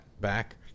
back